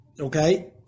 Okay